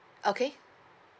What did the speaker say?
okay